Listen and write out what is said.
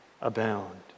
abound